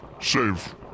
Save